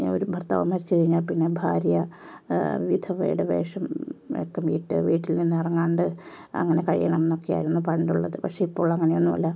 ഈ ഒരു ഭർത്താവ് മരിച്ച് കഴിഞ്ഞ പിന്നെ ഭാര്യ വിധവയുടെ വേഷം ഒക്കെ വീട്ട് വീട്ടിൽനിന്ന് ഇറങ്ങാണ്ട് അങ്ങനെ കഴിയണമെന്ന് ഒക്കെയായിരുന്നു പണ്ടുള്ളത് പക്ഷെ ഇപ്പോൾ അങ്ങനെയൊന്നുമില്ല